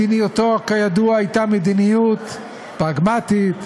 מדיניותו, כידוע, הייתה מדיניות פרגמטית,